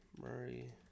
Murray